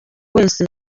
wese